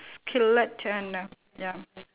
skillet turner ya